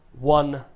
One